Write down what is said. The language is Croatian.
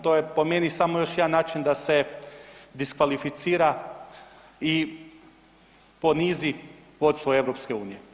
To je po meni samo još jedan način da se diskvalificira i ponizi vodstvo EU.